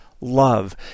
love